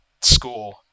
score